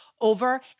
over